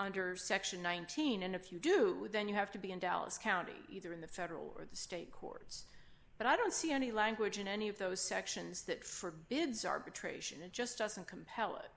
under section one teen and if you do then you have to be in dallas county either in the federal or state courts but i don't see any language in any of those sections that forbids arbitration it just doesn't compel it